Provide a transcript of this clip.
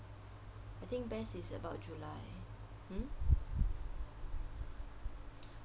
I think best is about july hmm